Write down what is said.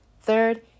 Third